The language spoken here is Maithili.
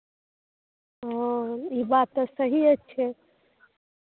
हँ ई बात तऽ सहिए छै